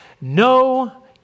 no